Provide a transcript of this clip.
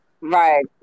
Right